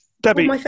Debbie